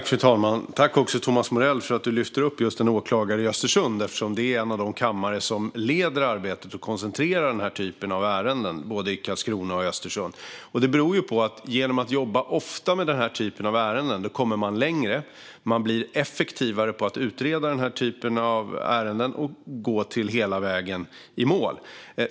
Fru talman! Tack, Thomas Morell, för att du lyfter upp just en åklagare i Östersund! Det är ju en av de kamrar som leder arbetet med och koncentrerar sig på den här typen av ärenden. Det gör man både i Karlskrona och i Östersund. Det beror på att man genom att jobba ofta med denna typ av ärenden kommer längre. Man blir effektivare på att utreda dem och gå hela vägen i mål.